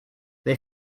they